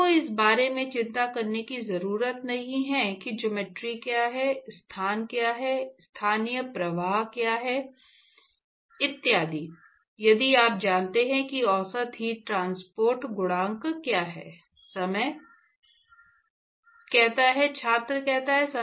आपको इस बारे में चिंता करने की ज़रूरत नहीं है कि ज्योमेट्री क्या है स्थान क्या है स्थानीय प्रवाह क्या है इत्यादि यदि आप जानते हैं कि औसत हीट ट्रांसपोर्ट गुणांक क्या है